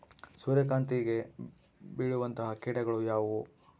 ಸೂರ್ಯಕಾಂತಿಗೆ ಬೇಳುವಂತಹ ಕೇಟಗಳು ಯಾವ್ಯಾವು?